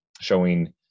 showing